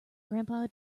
grandpa